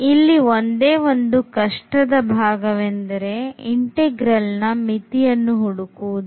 ಇಲ್ಲಿ ಒಂದೇ ಒಂದು ಕಷ್ಟದ ಭಾಗವೆಂದರೆ integral ನಾ ಮಿತಿಯನ್ನು ಹುಡುಕುವುದು